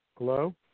Hello